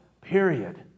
Period